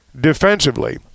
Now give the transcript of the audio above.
defensively